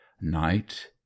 night